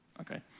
Okay